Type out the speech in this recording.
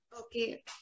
Okay